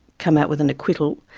come out with an acquittal.